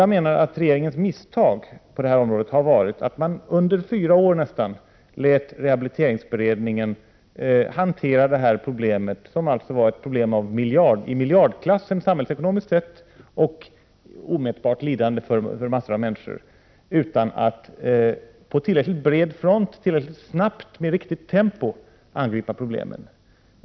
Jag menar att regeringens misstag på detta område var att den under nästa fyra år lät rehabiliteringsberedningen hantera detta problem, som alltså var ett problem i miljardklassen samhällsekonomiskt sett och ett problem som innebar omätbart lidande för många människor, utan att på tillräckligt bred front och tillräckligt snabbt, med riktigt tempo, angripa problemen.